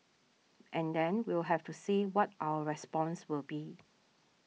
and then we'll have to say what our response will be